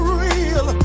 real